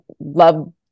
love